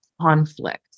conflict